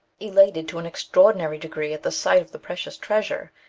elated to an extraordinary degree at the sight of the precious treasure,